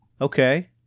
Okay